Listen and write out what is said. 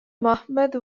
mohammad